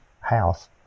house